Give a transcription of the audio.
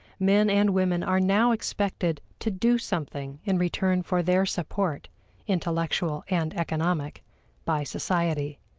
men and women are now expected to do something in return for their support intellectual and economic by society.